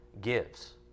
gives